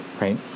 right